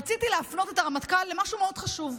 רציתי להפנות את הרמטכ"ל למשהו מאוד חשוב.